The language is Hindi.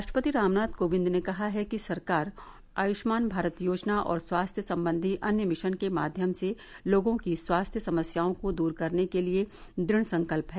राष्ट्रपति रामनाथ कोविंद ने कहा है कि सरकार आयुष्मान भारत योजना और स्वास्थ्य संबंधी अन्य मिशन के माध्यम से लोगों की स्वास्थ्य समस्याओं को दूर करने के लिए दृढ़ संकल्प है